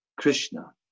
Krishna